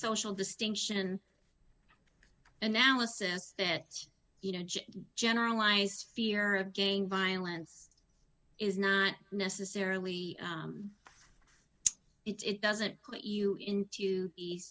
social distinction in analysis that you know generalized fear of gang violence is not necessarily it doesn't put you into the